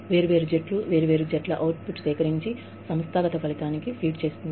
వేర్వేరు జట్లు వేర్వేరు జట్ల అవుట్పుట్ సేకరించి సంస్థాగత ఫలితాన్ని అందిస్తుంది